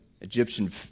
Egyptian